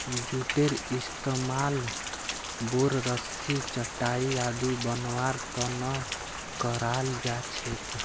जूटेर इस्तमाल बोर, रस्सी, चटाई आदि बनव्वार त न कराल जा छेक